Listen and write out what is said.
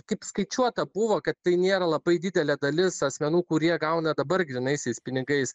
kaip skaičiuota buvo kad tai nėra labai didelė dalis asmenų kurie gauna dabar grynaisiais pinigais